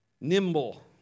nimble